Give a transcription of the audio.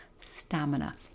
stamina